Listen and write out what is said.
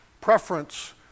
preference